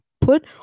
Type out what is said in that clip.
put